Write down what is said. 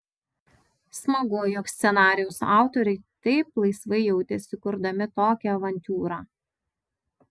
smagu jog scenarijaus autoriai taip laisvai jautėsi kurdami tokią avantiūrą